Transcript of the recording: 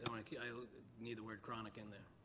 i want to keep. i need the word chronic in there.